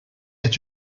est